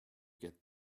get